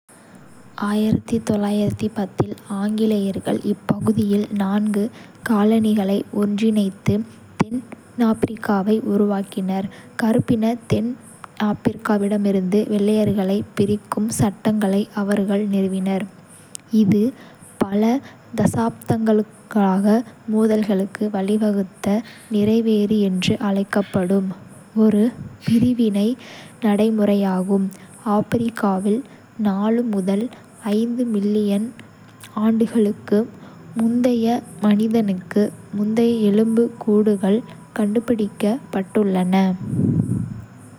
இல், ஆங்கிலேயர்கள் இப்பகுதியில் நான்கு காலனிகளை ஒன்றிணைத்து தென்னாப்பிரிக்காவை உருவாக்கினர். கறுப்பின தென்னாப்பிரிக்கர்களிடமிருந்து வெள்ளையர்களை பிரிக்கும் சட்டங்களை அவர்கள் நிறுவினர், இது பல தசாப்தங்களாக மோதல்களுக்கு வழிவகுத்த நிறவெறி என்று அழைக்கப்படும் ஒரு பிரிவினை நடைமுறையாகும்.